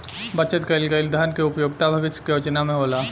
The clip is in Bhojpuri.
बचत कईल गईल धन के उपयोगिता भविष्य के योजना में होला